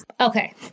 Okay